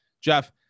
Jeff